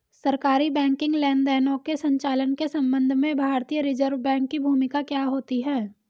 सरकारी बैंकिंग लेनदेनों के संचालन के संबंध में भारतीय रिज़र्व बैंक की भूमिका क्या होती है?